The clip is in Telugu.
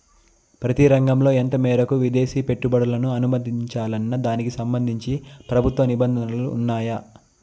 ప్రతి రంగంలో ఎంత మేరకు విదేశీ పెట్టుబడులను అనుమతించాలన్న దానికి సంబంధించి ప్రభుత్వ నిబంధనలు ఉన్నాయా?